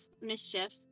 mischief